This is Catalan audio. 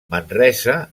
manresa